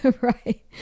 Right